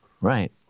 Right